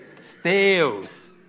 Steals